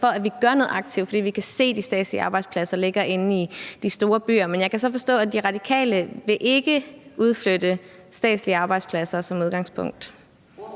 at vi gør noget aktivt, fordi vi kan se, at de statslige arbejdspladser ligger inde i de store byer. Men jeg kan så forstå, at De Radikale som udgangspunkt ikke vil flytte statslige arbejdspladser. Kl.